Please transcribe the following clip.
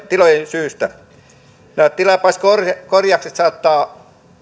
tilojen syytä nämä tilapäiskorjaukset saattavat